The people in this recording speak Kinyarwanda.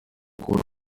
kubura